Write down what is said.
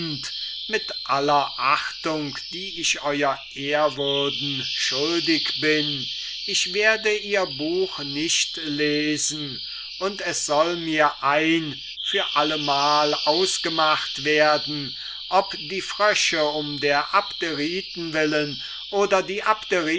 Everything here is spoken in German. mit aller achtung die ich ew ehrwürden schuldig bin ich werde ihr buch nicht lesen und es soll mir ein für allemal ausgemacht werden ob die frösche um der abderiten willen oder die